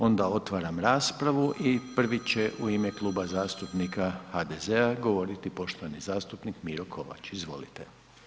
Onda otvaram raspravu i prvi će u ime Kluba zastupnika HDZ-a govoriti poštovani zastupnik Miro Kovač, izvolite.